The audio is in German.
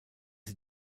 sie